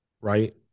right